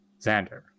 Xander